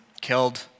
killed